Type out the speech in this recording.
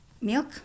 milk